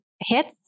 hits